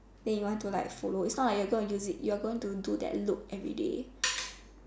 then you want to like follow is not like you're gonna use it you're going to do that look everyday